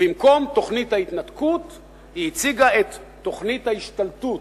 ובמקום תוכנית ההתנתקות היא הציגה את תוכנית ההשתלטות: